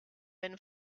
been